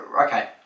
Okay